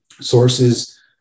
sources